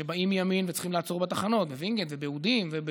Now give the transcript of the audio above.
שבאים מימין וצריכים לעצור בתחנות בווינגייט ובאודים.